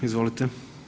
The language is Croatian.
Izvolite.